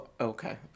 okay